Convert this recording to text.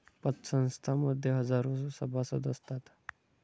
पतसंस्थां मध्ये हजारो सभासद असतात